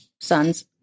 son's